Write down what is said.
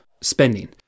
spending